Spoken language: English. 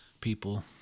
people